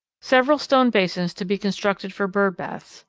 several stone basins to be constructed for birdbaths,